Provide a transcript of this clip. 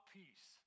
peace